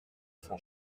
son